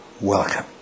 welcome